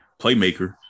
playmaker